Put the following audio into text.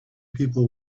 people